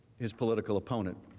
his political opponent.